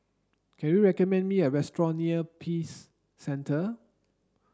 can you recommend me a restaurant near Peace Centre